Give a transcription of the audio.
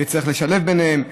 וצריך לשלב ביניהם.